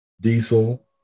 Diesel